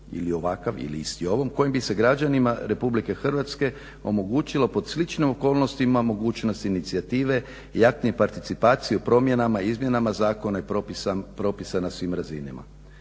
ili ovakav ili isti ovom kojim bi se građanima RH omogućilo pod sličnim okolnostima mogućnost inicijative i aktnim participaciju promjenama, izmjenama zakona i propisana svim razinama.